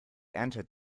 entered